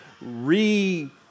re